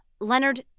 Leonard